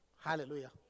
Hallelujah